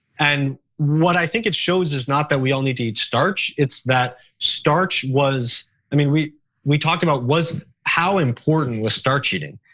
and what i think it shows is not that we all need to eat starch, it's that starch was. i mean, we we talked about was how important was start eating.